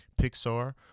Pixar